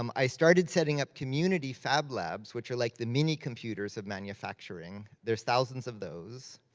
um i started setting up community fab labs, which are like the mini computers of manufacturing. there's thousands of those.